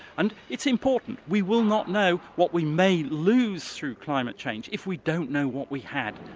and it's important. we will not know what we may lose through climate change if we don't know what we had.